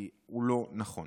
כי הוא לא נכון.